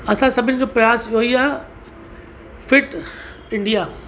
असां सभिनी जो प्रयास इहो ई आहे फ़िट इंडिया